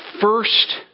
first